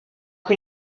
can